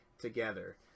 together